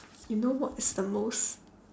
you know what's the most